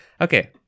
Okay